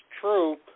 true